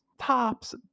tops